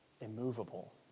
immovable